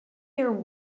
your